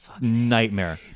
nightmare